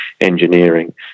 engineering